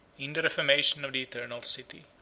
in the reformation of the eternal city.